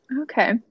Okay